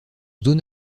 zone